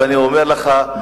אני אומר לך,